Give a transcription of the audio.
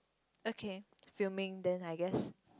okay filming then I guess